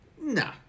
no